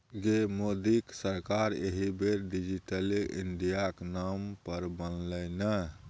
गै मोदीक सरकार एहि बेर डिजिटले इंडियाक नाम पर बनलै ने